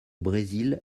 brésil